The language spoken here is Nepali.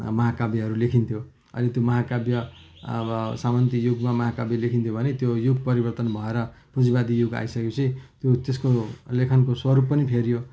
महाकाव्यहरू लेखिन्थ्यो अहिले तो महाकाव्य अब सामन्ती युगमा महाकाव्य लेखिन्थ्यो भने त्यो युग परिवर्तन भएर पुँजीवादी युग आइसके पछि त्यो त्यसको लेखनको स्वरूप पनि फेरियो